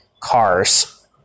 cars